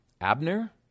Abner